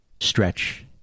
Stretch